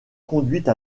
conduite